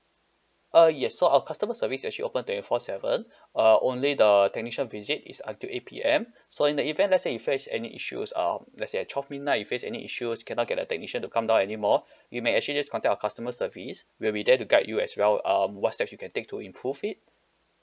uh yes so our customer service actually open twenty four seven uh only the technician visit is until eight P_M so in the event let's say you face any issues um let's say at twelve midnight you face any issues cannot get a technician to come down anymore you may actually just contact our customer service we'll be there to guide you as well um what steps you can take to improve it